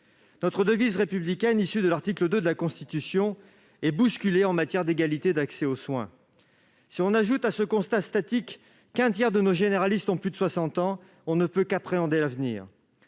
notre devise républicaine, issue de l'article 2 de la Constitution, est bousculée. Si l'on ajoute à ce constat statique qu'un tiers des médecins généralistes ont plus de 60 ans, on ne peut qu'appréhender l'avenir.